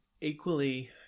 Equally